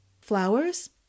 Flowers